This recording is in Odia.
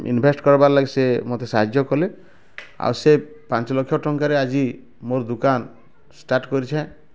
ଇନଭେଷ୍ଟ କରିବାର ଲାଗି ସେ ମୋତେ ସାହାଯ୍ୟ କଲେ ଆଉ ସେ ପାଞ୍ଚ ଲକ୍ଷ ଟଙ୍କାରେ ଆଜି ମୋର ଦୁକାନ ଷ୍ଟାର୍ଟ କରିଛେଁ